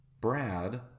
Brad